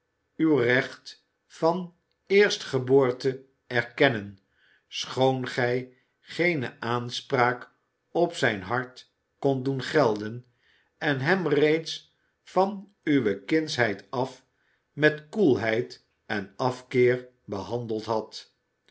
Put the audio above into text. recht van eerstgeboorte erkennen schoon gij geene aanspraak op zijn hart kondt doen gelden en hem reeds van uwe kindsheid af met koelheid en afkeer behandeld hadt